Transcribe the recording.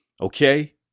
okay